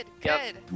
Good